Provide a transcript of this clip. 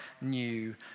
new